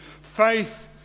faith